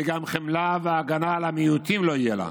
וגם חמלה והגנה על המיעוטים לא תהיה לה.